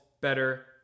better